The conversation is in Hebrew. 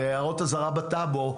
הרי הערות אזהרה בטאבו,